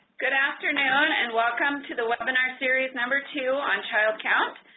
good afternoon and welcome to the webinar series number two on child count.